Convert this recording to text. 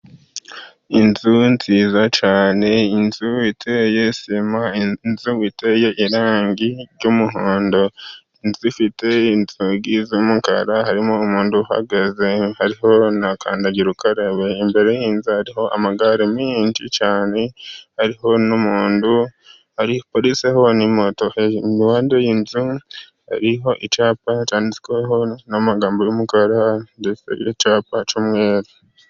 Inzu nziza cyane, inzu iteye sima, inzu iteye irangi ry'umuhondo, inzu ifite inzugi z'umukara. Harimo umuntu uhagaze, hariho na kandagirukarabe. Imbere y'iyo nzu harihoho amagare menshi cyane ariho n'umuhondo. Haparitseho na moto. Impande y'inzu hariho icyapa cyanditsweho n'amagambo y'umukara ndetse n'icyapa cy'umweru.